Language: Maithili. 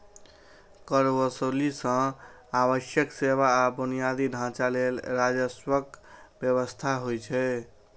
कर वसूली सं आवश्यक सेवा आ बुनियादी ढांचा लेल राजस्वक व्यवस्था होइ छै